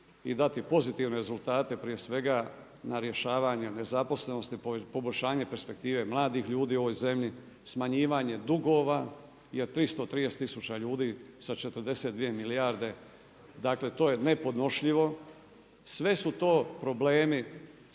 i dati pozitivne rezultate, prije svega, na rješavanje nezaposlenosti, poboljšanje perspektive mladih ljudi u ovoj zemlji, smanjivanje dugova, i od 330 tisuća ljudi sa 42 milijarde. Dakle, to je nepodnošljivo, sve su to problemi